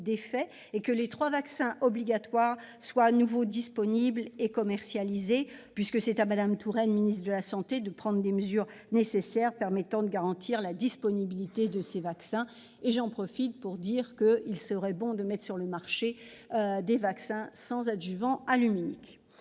d'effet et que les trois vaccins obligatoires soient de nouveau disponibles et commercialisés. Il revient à Mme Touraine, ministre de la santé, de prendre les mesures nécessaires pour garantir la disponibilité de ces vaccins. J'ajoute qu'il serait bon de mettre sur le marché des vaccins sans adjuvants aluminiques.